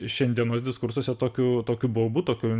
šiandienos diskursuose tokiu tokiu baubu tokiu